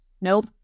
nope